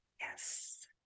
yes